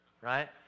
Right